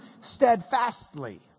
steadfastly